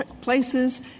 places